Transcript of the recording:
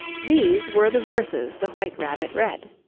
these were the verses the white rabbit read